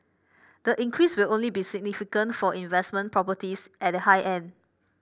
the increase will only be significant for investment properties at the high end